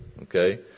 okay